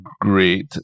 great